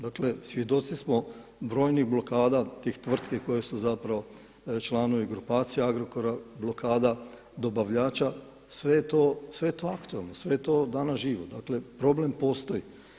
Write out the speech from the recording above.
Dakle svjedoci smo brojnih blokada tih tvrtki koje su zapravo članovi grupacije Agrokora, blokada dobavljača, sve je to aktualno, sve je to danas živo, dakle problem postoji.